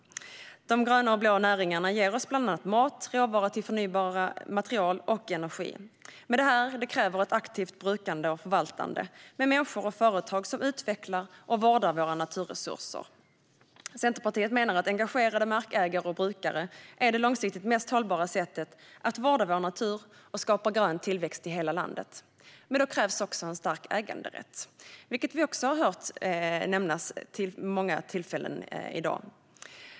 De gröna och blå näringarna ger oss bland annat mat, råvara till förnybara material och energi. Men detta kräver ett aktivt brukande och förvaltande med människor och företag som utvecklar och vårdar våra naturresurser. Centerpartiet menar att engagerade markägare och brukare är det långsiktigt mest hållbara för att vårda vår natur och skapa grön tillväxt i hela landet. Men då krävs en stark äganderätt, vilket vi också har hört nämnas många gånger i dag.